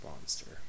monster